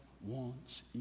wants